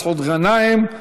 מסעוד גנאים,